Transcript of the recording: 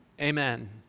amen